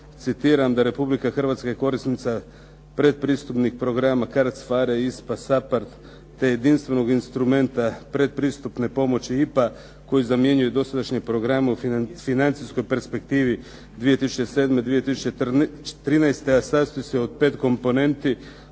citiram da Republika Hrvatska je korisnica predpristupnih programa CARDS, PHARE, ISPA, SAPARD, te jedinstvenog instrumenta predpristupne pomoći IPA koji zamjenjuju dosadašnje programe u financijskoj perspektivi 2007., 2013. a sastoji se od 5 komponenti.